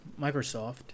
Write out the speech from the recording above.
microsoft